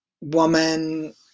woman